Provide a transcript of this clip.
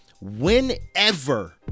whenever